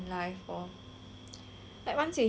like once you hit a certain age right